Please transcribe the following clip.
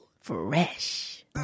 Fresh